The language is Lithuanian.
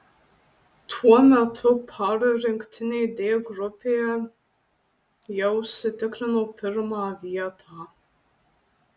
tuo metu par rinktinė d grupėje jau užsitikrino pirmą vietą